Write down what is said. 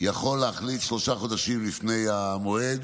יכול להחליט שלושה חודשים לפני המועד